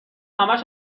همش